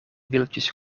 wieltjes